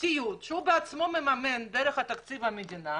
סיעוד שהוא בעצמו מממן דרך תקציב המדינה